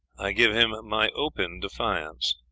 i give him my open defiance.